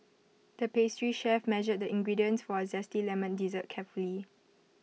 the pastry chef measured the ingredients for A Zesty Lemon Dessert carefully